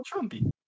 Trumpy